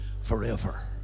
forever